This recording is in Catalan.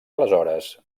aleshores